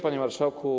Panie Marszałku!